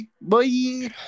Bye